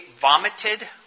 vomited